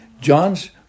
John's